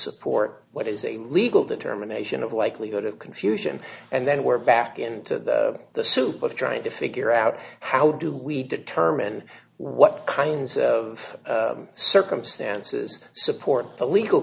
support what is a legal determination of likelihood of confusion and then we're back into the soup of trying to figure out how do we determine what kinds of circumstances support the legal